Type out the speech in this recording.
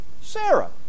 Sarah